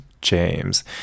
James